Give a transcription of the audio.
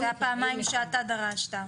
הפעמיים שאתה דרשת.